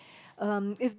um if